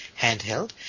handheld